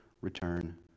return